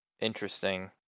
interesting